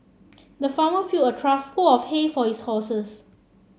the farmer filled a trough full of hay for his horses